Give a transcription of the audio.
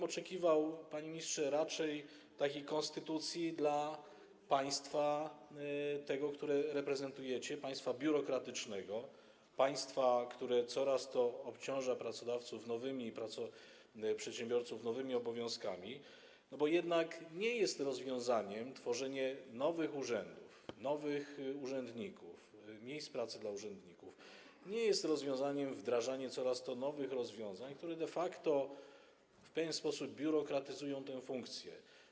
Oczekiwałbym, panie ministrze, raczej takiej konstytucji dla tego państwa, które reprezentujecie, państwa biurokratycznego, państwa, które obciąża przedsiębiorców coraz to nowymi obowiązkami, bo jednak nie jest rozwiązaniem tworzenie nowych urzędów, nowych urzędników, miejsc pracy dla urzędników, nie jest rozwiązaniem wdrażanie coraz to nowych rozwiązań, które de facto w pewien sposób biurokratyzują tę funkcję.